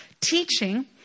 teaching